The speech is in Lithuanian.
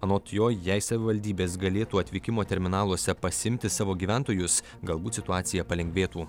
anot jo jei savivaldybės galėtų atvykimo terminaluose pasiimti savo gyventojus galbūt situacija palengvėtų